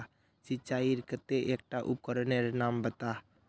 सिंचाईर केते एकटा उपकरनेर नाम बता?